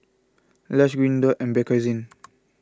Lush Green Dot and Bakerzin